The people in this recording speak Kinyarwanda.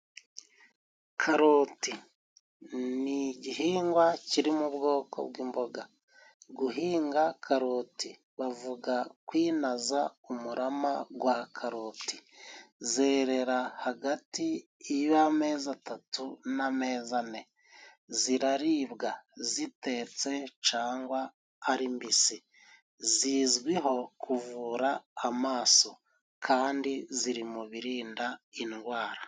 Karoti ni igihingwa kiri mu bwoko bw'imboga. Guhinga karoti, bavuga kwinaza umurama gwa karoti. Zerera hagati y'amezi atatu n'amezi ane. Ziraribwa zitetse cangwa ari mbisi. Zizwiho kuvura amaso kandi ziri mu birinda indwara.